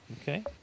Okay